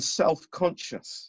self-conscious